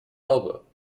elbow